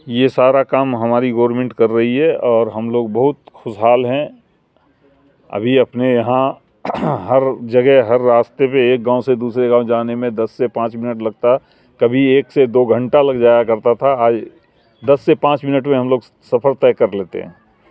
یہ سارا کام ہماری گورنمنٹ کر رہی ہے اور ہم لوگ بہت خوشحال ہیں ابھی اپنے یہاں ہر جگہ ہر راستے پہ ایک گاؤں سے دوسرے گاؤں جانے میں دس سے پانچ منٹ لگتا کبھی ایک سے دو گھنٹہ لگ جایا کرتا تھا آج دس سے پانچ منٹ میں ہم لوگ سفر طے کر لیتے ہیں